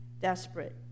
desperate